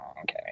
okay